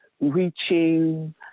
reaching